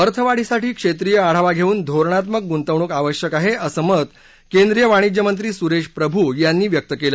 अर्थवाढीसाठी क्षेत्रीय आढावा घेवून धोरणात्मक गुंतवणूक आवश्यक आहे असं मत केंद्रीय वाणिज्य मंत्री सुरेश प्रभू यांनी व्यक्त केलं